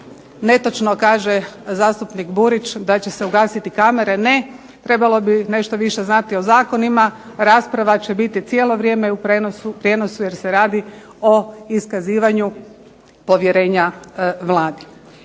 Netočno kaže zastupnik Burić da će se ugasiti kamere, ne. Trebalo bi nešto više znati o zakonima, rasprava će biti cijelo vrijeme u prijenosu jer se radi o iskazivanju povjerenja Vladi.